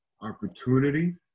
opportunity